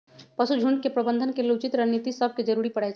पशु झुण्ड के प्रबंधन के लेल उचित रणनीति सभके जरूरी परै छइ